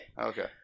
Okay